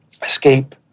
escape